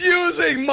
using